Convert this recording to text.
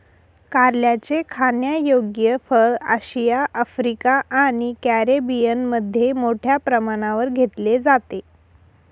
कारल्याचे खाण्यायोग्य फळ आशिया, आफ्रिका आणि कॅरिबियनमध्ये मोठ्या प्रमाणावर घेतले जाते